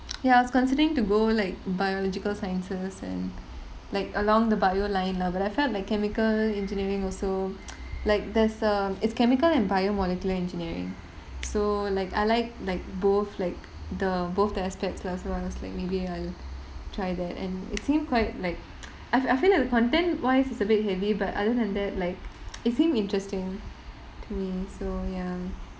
ya I was considering to go like biological sciences and like along the biology line lah but I felt like chemical engineering also like there's a it's chemical and biomolecular engineering so like I like like both like the both the aspects lah so I was like maybe I'll try that and it seemed quite like I I feel like the content-wise it's a bit heavy but other than that like it seem interesting to me so ya